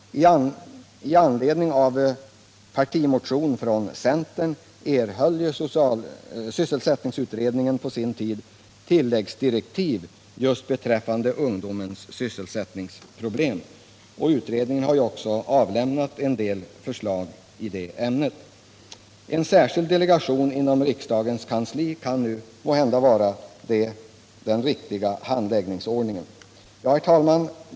I anledning av en partimotion från centern erhöll sysselsättningsutredningen på sin tid tilläggsdirektiv just beträffande ungdomens sysselsättningsproblem. Utredningen har också avlämnat en del förslag i det ämnet. Tillsättandet av en särskild delegation inom riksdagens kansli kan nu vara en riktig handläggningsordning. Herr talman!